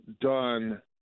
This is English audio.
done